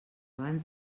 abans